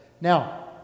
Now